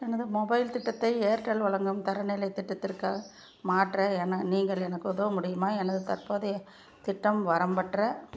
எனது மொபைல் திட்டத்தை ஏர்டெல் வழங்கும் தரநிலை திட்டத்திற்காக மாற்ற என நீங்கள் எனக்கு உதவ முடியுமா எனது தற்போதைய திட்டம் வரம்பற்ற